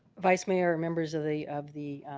vice mayor members of the of the